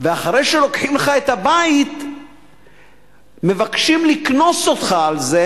ואחרי שלוקחים לך את הבית מבקשים לקנוס אותך על זה